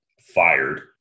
fired